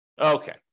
Okay